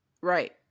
right